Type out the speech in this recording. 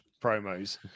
promos